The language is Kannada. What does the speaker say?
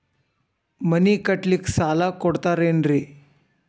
ಮನಿ ಕಟ್ಲಿಕ್ಕ ಸಾಲ ಕೊಡ್ತಾರೇನ್ರಿ?